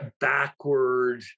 backward